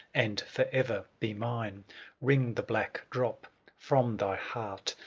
and for ever be mine wring the black drop from thy heart,